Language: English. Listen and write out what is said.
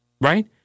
right